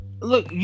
Look